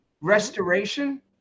restoration